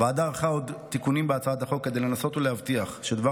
הוועדה ערכה עוד תיקונים בהצעת החוק כדי לנסות ולהבטיח שדבר